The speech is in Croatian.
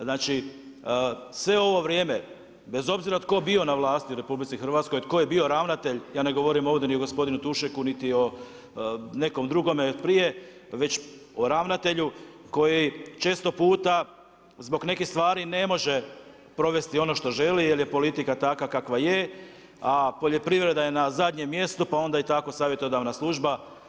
Znači sve ovo vrijeme, bez obzira tko bio na vlasti u RH tko je bio ravnatelj, ja ne govorim ovdje ni o gospodinu Tušeku niti o nekom drugome od prije već o ravnatelju koji često puta zbog nekih stvari ne može provesti ono što želi jer je politika takva kakva je, a poljoprivreda je na zadnjem mjestu pa onda i tako savjetodavna služba.